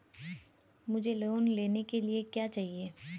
मुझे लोन लेने के लिए क्या चाहिए?